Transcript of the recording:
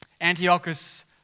Antiochus